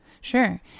Sure